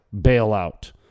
bailout